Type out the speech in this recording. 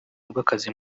rw’akazi